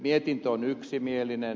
mietintö on yksimielinen